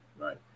Right